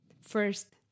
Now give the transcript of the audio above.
first